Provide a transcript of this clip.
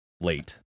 late